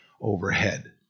overhead